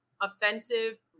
offensive